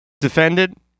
Defendant